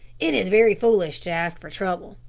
it is very foolish to ask for trouble.